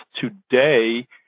today